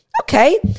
Okay